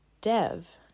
Dev